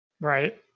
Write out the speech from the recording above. right